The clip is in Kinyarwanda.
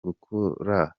gukora